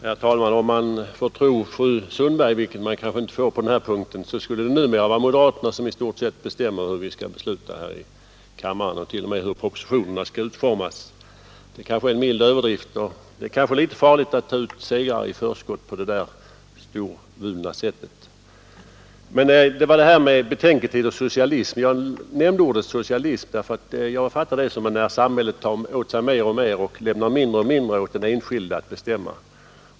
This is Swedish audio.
Herr talman! Om man får tro fru Sundberg, vilket man kanske inte får göra på den här punkten, skulle numera moderaterna vara de som i stort sett bestämmer hur vi skall besluta här i kammaren och t.o.m. hur propositionerna skall utformas. Det är väl en mild överdrift. Och det är kanske litet farligt att ta ut segrar i förskott på det här storvulna sättet. När jag nämnde — i samband med frågan om betänketid — ordet socialism var det därför att samhället här tar åt sig mer och mer och lämnar mindre och mindre åt den enskilde att bestämma.